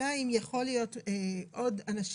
השאלה היא אם יכולים להיות עוד אנשים